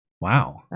Wow